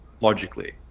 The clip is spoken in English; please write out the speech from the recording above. logically